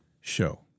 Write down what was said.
show